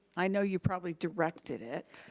i know you probably directed it.